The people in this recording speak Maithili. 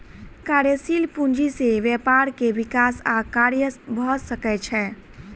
कार्यशील पूंजी से व्यापार के विकास आ कार्य भ सकै छै